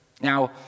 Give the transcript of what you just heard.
Now